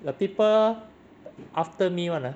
the people after me [one] ah